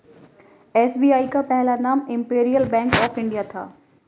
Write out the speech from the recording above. SBI का पहला नाम इम्पीरीअल बैंक ऑफ इंडिया था